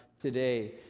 today